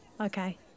Okay